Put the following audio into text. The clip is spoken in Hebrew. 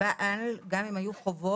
הבעל גם אם היו חובות,